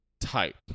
type